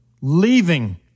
leaving